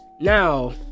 now